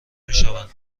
میشوند